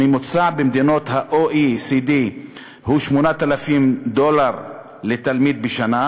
הממוצע במדינות ה-OECD הוא 8,000 דולר לתלמיד בשנה,